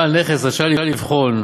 בעל נכס רשאי לבחור,